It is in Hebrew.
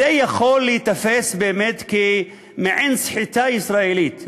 יכולה להיתפס באמת כמעין סחיטה ישראלית.